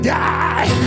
die